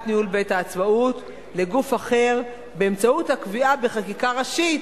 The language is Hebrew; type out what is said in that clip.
ניהול בית-העצמאות לגוף אחר באמצעות הקביעה בחקיקה ראשית